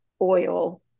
oil